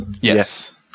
Yes